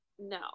No